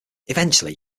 eventually